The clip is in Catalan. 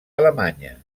alemanya